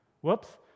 whoops